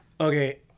Okay